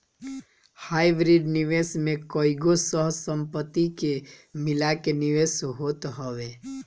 hybrid निवेश में कईगो सह संपत्ति के मिला के निवेश होत हवे